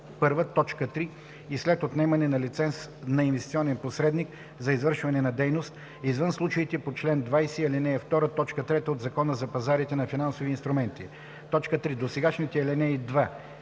ал. 1, т. 3 и след отнемане на лиценз на инвестиционен посредник за извършване на дейност, извън случаите по чл. 20, ал. 2, т. 3 от Закона за пазарите на финансови инструменти.” 3. Досегашната ал. 2